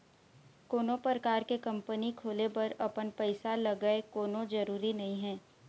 कोनो परकार के कंपनी खोले बर अपन पइसा लगय कोनो जरुरी नइ हे